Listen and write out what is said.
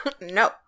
No